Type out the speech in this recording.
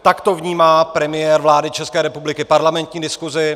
Takto vnímá premiér vlády České republiky parlamentní diskusi.